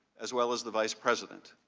as well as the vice president.